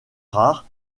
rares